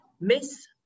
miss